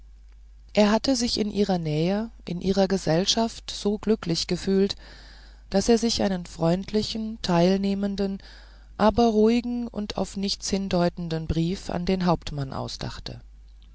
er hatte sich in ihrer nähe in ihrer gesellschaft so glücklich gefühlt daß er sich einen freundlichen teilnehmenden aber ruhigen und auf nichts hindeutenden brief an den hauptmann ausdachte